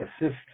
assist